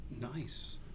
Nice